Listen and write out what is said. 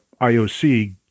IOC